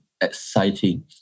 exciting